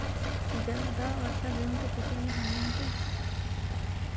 ज्यादा वर्षा गेंहू के फसल मे हानियों होतेई?